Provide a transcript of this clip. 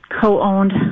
co-owned